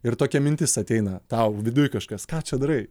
ir tokia mintis ateina tau viduj kažkas ką čia darai